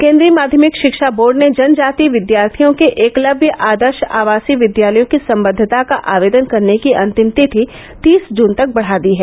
केन्द्रीय माध्यमिक शिक्षा बोर्ड ने जनजातीय विद्यार्थियों के एकलव्य आदर्श आवासीय विद्यालयों की संबद्वता का आवेदन करने की अंतिम तिथि तीस जून तक बढ़ा दी है